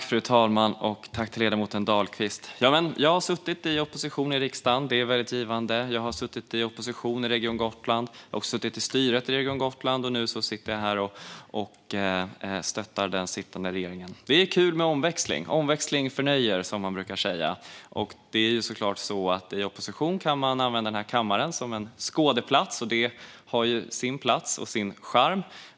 Fru talman! Jag har suttit i opposition i riksdagen. Det är väldigt givande. Jag har suttit i opposition i Region Gotland. Jag har också suttit i styret i Region Gotland. Nu sitter jag här och stöttar den sittande regeringen. Det är kul med omväxling. Omväxling förnöjer, som man brukar säga. I opposition kan man naturligtvis använda den här kammaren som en skådeplats, och det har ju sin plats och sin charm.